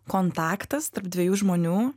kontaktas tarp dviejų žmonių